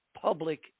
public